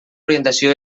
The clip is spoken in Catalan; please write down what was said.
orientació